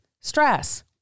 stress